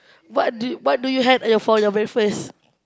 what do you what do you had uh for your breakfast